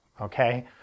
okay